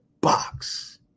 box